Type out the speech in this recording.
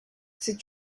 c’est